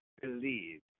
believe